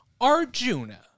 Arjuna